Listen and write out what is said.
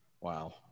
Wow